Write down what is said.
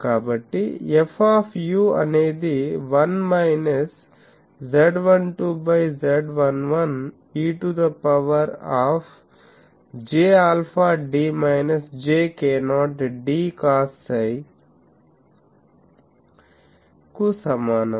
కాబట్టి F అనేది 1 minus Z12 by Z11 e to the power of j alpha d minus j k0 d cos psi కు సమానం